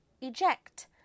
Eject